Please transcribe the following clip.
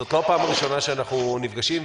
וזאת לא הפעם הראשונה שאנחנו נפגשים,